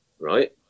right